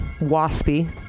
Waspy